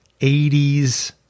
80s